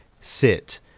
sit